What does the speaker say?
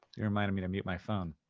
you reminded me to mute my phone.